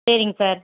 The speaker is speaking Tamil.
சரிங்க சார்